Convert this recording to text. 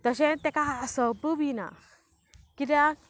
तशेंत ताका हांसोप बी ना कित्याक